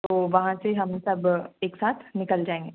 तो वहाँ से हम सब एक साथ निकल जाएंगे